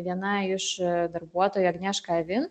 viena iš darbuotojų agnieška avin